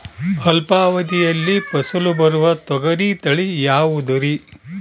ಅಲ್ಪಾವಧಿಯಲ್ಲಿ ಫಸಲು ಬರುವ ತೊಗರಿ ತಳಿ ಯಾವುದುರಿ?